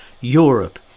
Europe